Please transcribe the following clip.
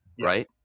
right